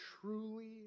truly